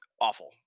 awful